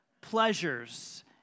pleasures